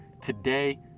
Today